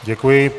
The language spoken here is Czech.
Děkuji.